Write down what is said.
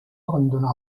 abandonà